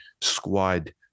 squad